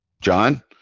john